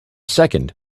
second